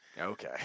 Okay